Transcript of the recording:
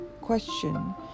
question